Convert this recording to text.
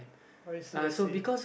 I see I see